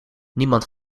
niemand